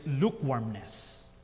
lukewarmness